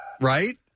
Right